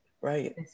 Right